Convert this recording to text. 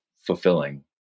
fulfilling